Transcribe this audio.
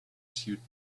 suit